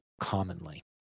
commonly